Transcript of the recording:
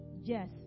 Yes